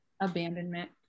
abandonment